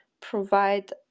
provide